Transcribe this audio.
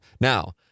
Now